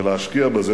ולהשקיע בזה.